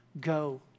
go